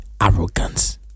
arrogance